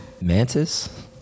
Mantis